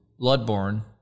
Bloodborne